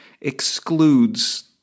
excludes